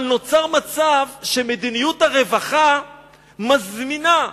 אבל נוצר מצב שמדיניות הרווחה מזמינה,